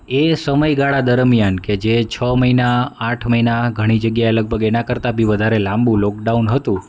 એ સમય ગાળા દરમ્યાન કે જે છ મહિના આઠ મહિના ઘણી જગ્યાએ લગભગ એનાં કરતાં બી વધારે લાંબુ લોકડાઉન હતું